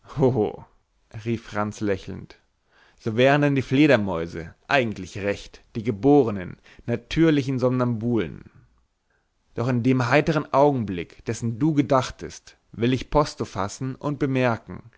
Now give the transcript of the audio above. rief franz lächelnd so wären denn die fledermäuse eigentlich recht die gebornen natürlichen somnambulen doch in dem heitern augenblick dessen du gedachtest will ich posto fassen und bemerken